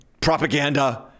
propaganda